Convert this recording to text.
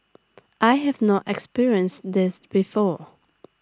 I have not experienced this before